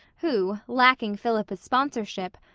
who, lacking philippa's sponsorship,